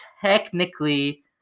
technically